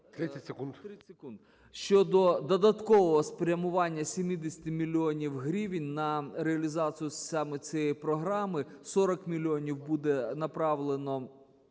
30 секунд. Щодо додаткового спрямування 70 мільйонів гривень на реалізацію саме цієї програми, 40 мільйонів буде направлено